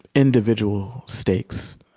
individual stakes,